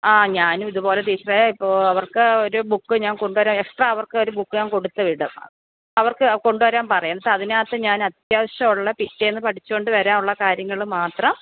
ആ ഞാനുവിതു പോലെ ടീച്ചറേ ഇപ്പോൾ അവർക്ക് ഒരു ബുക്ക് ഞാൻ കൊണ്ട് വരാം എക്സ്ട്രാ അവർക്കൊരു ബുക്ക് ഞാൻ കൊടുത്തു വിടും അവർക്ക് കൊണ്ട് വരാൻ പറയും എന്നിട്ട് അതിനകത്ത് ഞാൻ അത്യാവശ്യമുള്ള പിറ്റേന്ന് പഠിച്ചോണ്ട് വരാനുള്ള കാര്യങ്ങൾ മാത്രം